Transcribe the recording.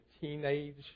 teenage